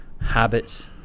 Habits